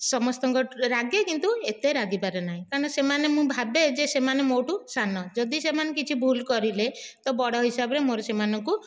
ସମସ୍ତଙ୍କ ରାଗେ କିନ୍ତୁ ଏତେ ରାଗି ପାରେନାହିଁ କାରଣ ସେମାନେ ମୁଁ ଭାବେ ଯେ ସେମାନେ ମୋଠାରୁ ସାନ ଯଦି ସେମାନେ କିଛି ଭୁଲ କରିଲେ ତ ବଡ଼ ହିସାବରେ ମୋର ସେମାନଙ୍କୁ